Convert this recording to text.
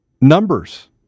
numbers